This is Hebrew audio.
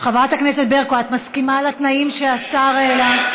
חברת הכנסת ברקו, את מסכימה לתנאים שהשר העלה?